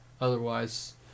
Otherwise